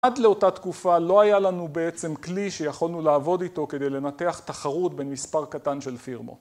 עד לאותה תקופה לא היה לנו בעצם כלי שיכולנו לעבוד איתו כדי לנתח תחרות בין מספר קטן של פירמות.